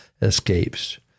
escapes